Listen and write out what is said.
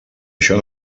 això